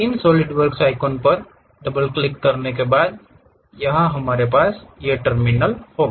इन SolidWorks icon पर double click करने के बाद या यहाँ से हमारे पास यह टर्मिनल होगा